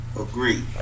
agree